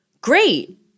great